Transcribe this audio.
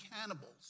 cannibals